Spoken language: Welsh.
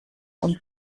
ond